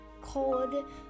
called